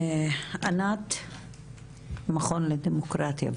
ענת, המכון לדמוקרטיה.